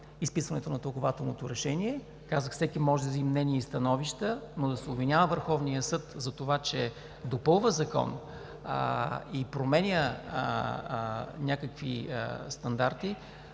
изписването на тълкувателното решение. Казах, че всеки може да изрази мнения и становища, но да се обвинява Върховният съд, че допълва закон и променя някакви стандарти,